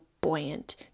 buoyant